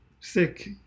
sick